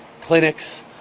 clinics